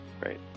Great